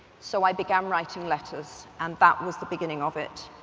so i began writing letters, and that was the beginning of it.